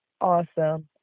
Awesome